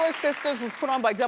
ah sisters was put on by